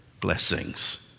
blessings